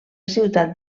ciutat